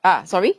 ah sorry